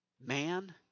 man